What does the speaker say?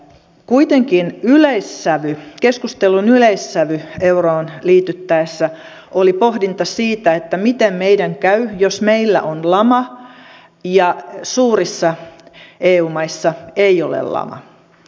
kuitenkin keskustelun yleissävy euroon liityttäessä oli pohdinta siitä miten meidän käy jos meillä on lama ja suurissa eu maissa ei ole lama